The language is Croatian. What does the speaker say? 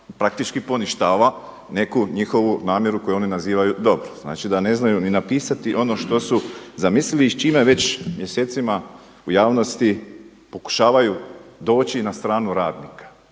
praktički poništava neku njihovu namjeru koju oni nazivaju dobrom. Znači da ne znaju ni napisati ono što su zamislili i s čime već mjesecima u javnosti pokušavaju doći na stranu radnika